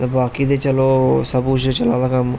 ते बाकी ते चलो सब कुछ गै चला दा कम्म